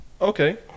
Okay